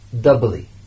doubly